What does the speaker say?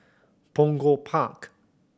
Punggol Park